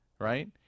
Right